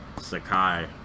Sakai